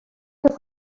que